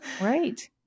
Right